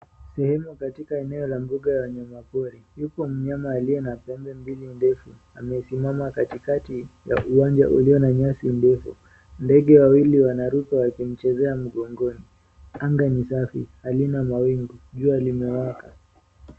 Sehemu katika eneo la mbuga la wanyama pori, yupo mnyama aliye na pembe mbili ndefu amesimama katikati ya uwanja ulio na nyasi ndefu, ndege wawili wanaruka wakimchezea mgongoni. Anga ni safi halina mawingu jua limewaka.